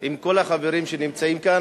עם כל החברים שנמצאים כאן,